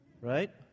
Right